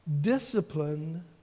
Discipline